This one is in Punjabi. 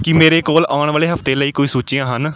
ਕੀ ਮੇਰੇ ਕੋਲ ਆਉਣ ਵਾਲੇ ਹਫ਼ਤੇ ਲਈ ਕੋਈ ਸੂਚੀਆਂ ਹਨ